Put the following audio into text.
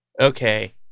okay